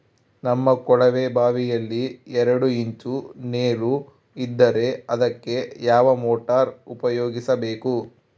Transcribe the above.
ನಮ್ಮ ಕೊಳವೆಬಾವಿಯಲ್ಲಿ ಎರಡು ಇಂಚು ನೇರು ಇದ್ದರೆ ಅದಕ್ಕೆ ಯಾವ ಮೋಟಾರ್ ಉಪಯೋಗಿಸಬೇಕು?